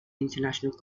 international